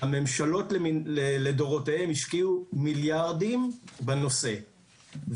הממשלות לדורותיהן השקיעו מיליארדים בנושא.